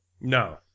no